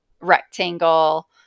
rectangle